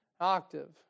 Octave